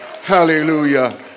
hallelujah